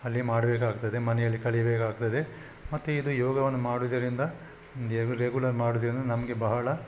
ಅಲ್ಲಿ ಮಾಡಬೇಕಾಗ್ತದೆ ಮನೆಯಲ್ಲಿ ಕಲಿಬೇಕಾಗ್ತದೆ ಮತ್ತೆ ಇದು ಯೋಗವನ್ನು ಮಾಡುವುದರಿಂದ ರೆಗು ರೆಗ್ಯುಲರ್ ಮಾಡುವುದರಿಂದ ನಮಗೆ ಬಹಳ